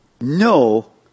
no